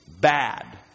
bad